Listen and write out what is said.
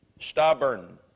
Stubborn